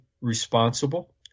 responsible